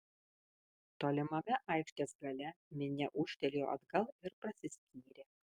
tolimame aikštės gale minia ūžtelėjo atgal ir prasiskyrė